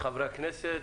חברי הכנסת.